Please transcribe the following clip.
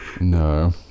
No